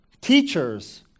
teachers